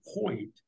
point